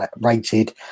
rated